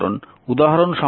উদাহরণ সংখ্যা 212